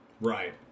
right